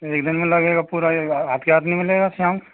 एक दिन में लगेगा पूरा यह हाथ के हाथ नहीं मिलेगा शाम